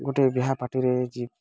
ଗୁଟେ ବିହା ପାର୍ଟିରେ ଜି